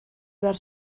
behar